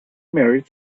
married